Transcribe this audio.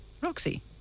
Roxy